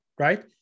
right